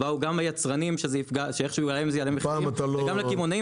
באו גם היצרנים ואמרו שזה יעלה מחירים וגם לקמעונאים